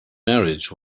marriage